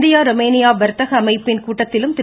India Romania வர்த்தக அமைப்பின் கூட்டத்திலும் திரு